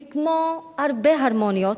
וכמו הרבה הרמוניות,